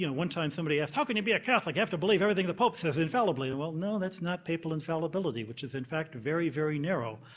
you know one time somebody asked, how can you be a catholic? you have to believe everything the pope says infallibly. and well, no, that's not papal infallibility which is in fact very, very narrow.